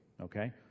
okay